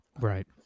Right